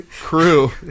crew